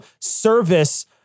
service